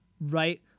Right